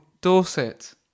Dorset